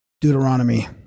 Deuteronomy